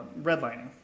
redlining